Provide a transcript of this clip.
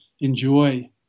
enjoy